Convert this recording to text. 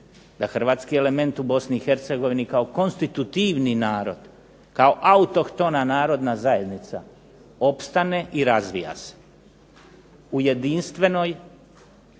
da hrvatski element u Bosni i Hercegovini kao konstitutivni narod, kao autohtona narodna zajednica opstane i razvija u jedinstvenoj,